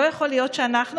לא יכול להיות שאנחנו,